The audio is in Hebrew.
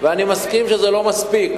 ואני מסכים שזה לא מספיק.